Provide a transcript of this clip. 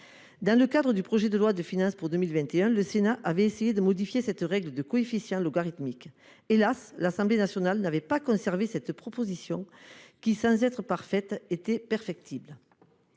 Lors de l'examen de la loi de finances pour 2021, le Sénat avait essayé de modifier ce coefficient logarithmique. Hélas, l'Assemblée nationale n'a pas conservé cette proposition qui, sans être parfaite, était perfectible.